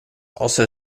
also